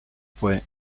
fue